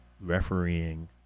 refereeing